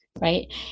right